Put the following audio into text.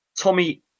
Tommy